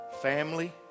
Family